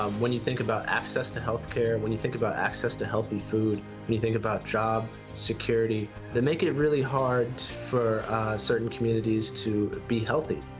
when you think about access to health care, when you think about access to healthy food, when you think about job security, they make it it really hard for certain communities to be healthy.